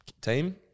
team